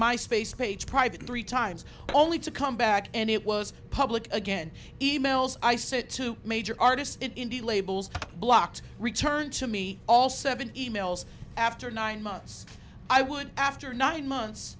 my space page private three times only to come back and it was public again emails i sent to major artists indie labels blocked return to me all seven emails after nine months i would after nine months